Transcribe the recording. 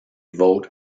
vote